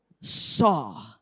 saw